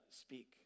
Speak